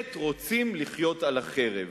באמת רוצים לחיות על החרב.